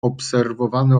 obserwowane